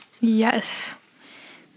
Yes